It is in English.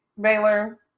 Baylor